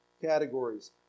categories